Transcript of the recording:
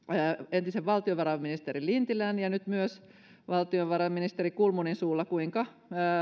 entisen valtiovarainministeri lintilän ja nyt myös valtiovarainministeri kulmunin suulla kuinka